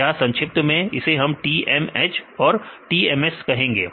तो संक्षिप्त में मैं इसे TMH और TMS कहूंगा